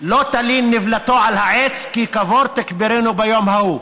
"לא תלין נבלתו על העץ כי קבור תקברנו ביום ההוא".